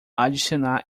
adicionar